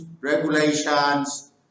regulations